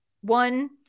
one